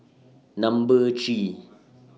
Number three